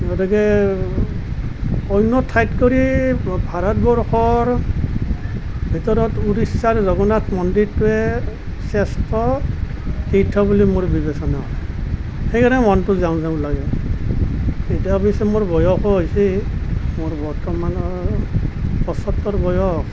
গতিকে অন্য ঠাইতকৈ ভাৰতবৰ্ষৰ ভিতৰত উৰিষ্যাৰ জগন্নাথ মন্দিৰটোৱেই শ্ৰেষ্ঠ তীৰ্থ বুলি মোৰ বিবেচনা হয় সেইকাৰণে মনটো যাওঁ যাওঁ লাগে এতিয়া অৱশ্যে মোৰ বয়সো হৈছেই মোৰ বৰ্তমানৰ পয়সত্তৰ বয়স